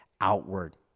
outward